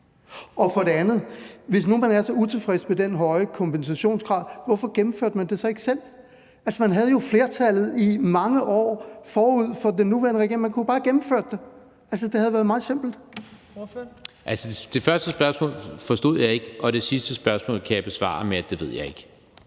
For det andet: Hvis nu man er så utilfreds med den høje kompensationsgrad, hvorfor gennemførte man det så ikke selv? Man havde jo flertallet i mange år forud for den nuværende regering. Man kunne jo bare have gennemført det. Det havde været meget simpelt. Kl. 15:10 Tredje næstformand (Trine Torp): Ordføreren. Kl. 15:10 Jan E. Jørgensen (V): Det